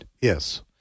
Yes